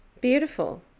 Beautiful